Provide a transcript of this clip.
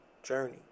journey